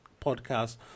podcast